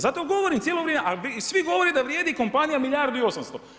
Zato govorim cijelo vrijeme a svi govore da vrijedi kompanija milijardu i 800.